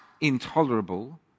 intolerable